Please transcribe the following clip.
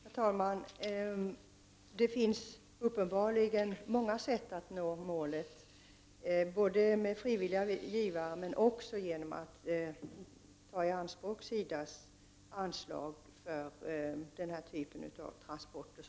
Herr talman! Det finns uppenbarligen många sätt att nå målet, t.ex. med frivilliga givare men också genom att ta i anspråk anslaget till SIDA för den här typen av transporter.